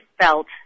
felt